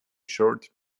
short